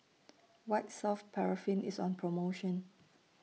White Soft Paraffin IS on promotion